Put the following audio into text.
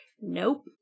nope